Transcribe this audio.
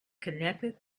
connected